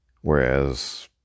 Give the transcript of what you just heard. Whereas